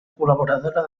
col·laboradora